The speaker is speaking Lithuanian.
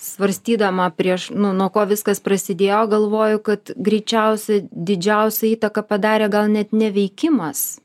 svarstydama prieš nu nuo ko viskas prasidėjo galvoju kad greičiausiai didžiausią įtaką padarė gal net ne veikimas